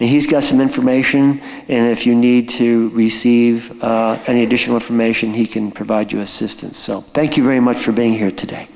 wait he's got some information and if you need to receive any additional information he can provide you assistance thank you very much for being here today